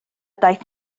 daeth